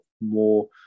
more